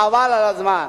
חבל על הזמן.